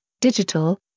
digital